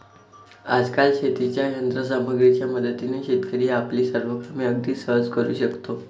आजकाल शेतीच्या यंत्र सामग्रीच्या मदतीने शेतकरी आपली सर्व कामे अगदी सहज करू शकतो